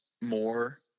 more